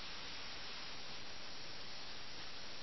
അതിനാൽ നഗരത്തിൽ ഒരു കോലാഹലവും യുദ്ധവും രക്തച്ചൊരിച്ചിലും ഉണ്ടായില്ല